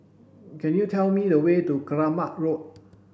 could you tell me the way to Keramat Road